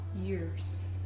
years